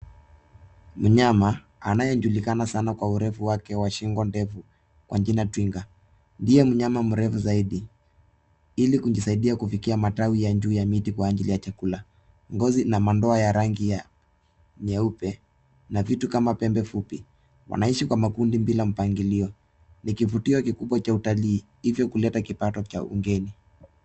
Mnyama anayejulikana sana kwa urefu wake wa shingo ndefu kwa jina twiga ndiye mnyama mrefu zaidi. Ili kusaidia kufikia matawi ya juu ya miti kwa ajili ya chakula. Ngozi na madoa ya rangi nyeupe na vitu kama pembe fupi. Wanaishi kwa makundi bila mpangilio. Ni kuvutio ikubwa cha utalii, hivyo kuleta kipato cha ugeni.